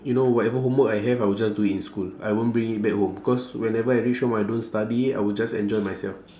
you know whatever homework I have I will just do it in school I won't bring it back home because whenever I reach home I don't study I will just enjoy myself